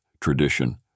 tradition